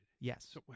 yes